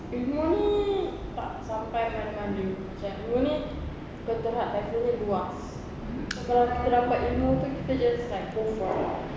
tak sampai mana-mana macam ilmu ni bukan terak laginya luas kalau kita dapat ilmu tu kita just go far